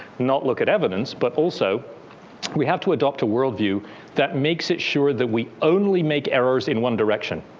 not look at evidence, but also we have to adopt a world view that makes it sure that we only make errors in one direction.